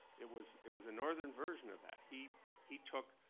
it was it was a northern version of that. he he took